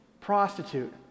prostitute